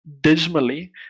dismally